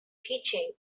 teaching